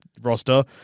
roster